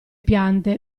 piante